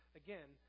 again